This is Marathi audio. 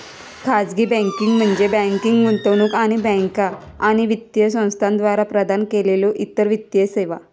खाजगी बँकिंग म्हणजे बँकिंग, गुंतवणूक आणि बँका आणि वित्तीय संस्थांद्वारा प्रदान केलेल्यो इतर वित्तीय सेवा